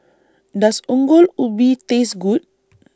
Does Ongol Ubi Taste Good